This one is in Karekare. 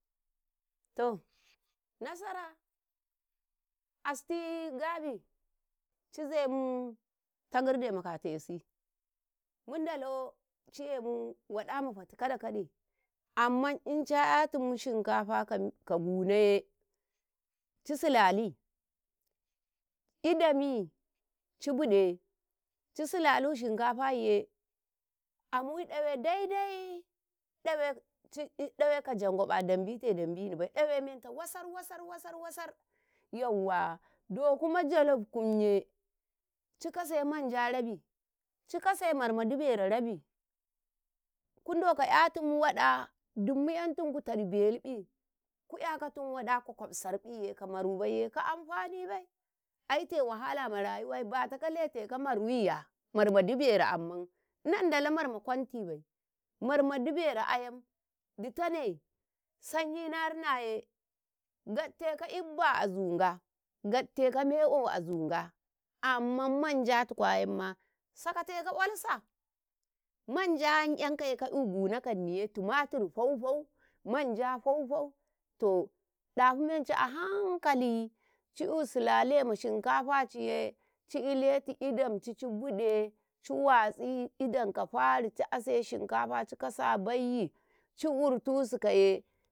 ﻿Toh! nasara astii gabi, cizemu tagarbe makata 'yasi mudallo ci'yemu waɗa ma fati kaɗa-kaɗe ammanan inca 'yatum shinkafa ka gunoye cisilali, idan mi cibide ci silalu shinkafaye amuyi ɗawe dai-dai ɗawe ka jangwaba dambite dambinibai dewe meta wasar-wasar wasar-wasar yauwa do kuma jalof kunye ci kase manjarabi cikase marma dibero rabi, kodoka 'yatim waɗa dun 'yantinku taɗu belubi ku 'yakatim waɗa kwa-kwafsarƃiye kamarubaiye ka amfanibai, aite wahal ma rayuwai bata kaletaka maruyiya marma dibero amman Nnina Ndala marma kwatibai marma dibero ayam ditane sanyi na rinaye gatteka ibba azu Nga, gatteka mai'o azu Nga, amman manja tuku ayam ma sakateka olsa, manja'an 'yankaye 'yau guno ka Ndiniye tumatir faufau manja faufau to dafi meci a hankali ci yu silale ma shinkafacinye, ciiletu idam ci biɗe, ci watsi idan ka fari ci ase shin kafaci cikase abaiyi ciwurtusikaye.